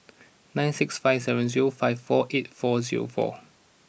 nine six five seven zero five four eight four zero four